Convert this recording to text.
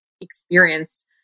experience